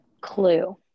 clue